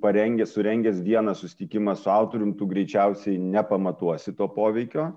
parengęs surengęs vieną susitikimą su autorium tu greičiausiai nepamatuosi to poveikio